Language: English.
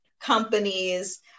companies